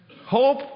Hope